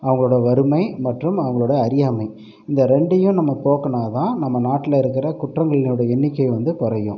அவங்களோட வறுமை மற்றும் அவங்களோட அறியாமை இந்த ரெண்டியும் நம்ப போக்குனாதான் நம்ம நாட்டில் இருக்கிற குற்றங்களோட எண்ணிக்கை வந்து குறையும்